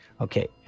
okay